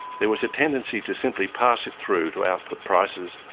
there was a tendency to simply pass it through to output prices,